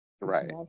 right